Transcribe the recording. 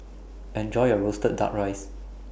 Enjoy your Roasted Duck Rice